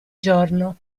giorno